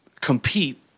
compete